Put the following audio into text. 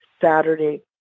Saturday